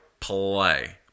Play